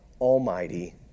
Almighty